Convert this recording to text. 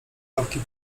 rowki